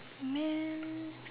men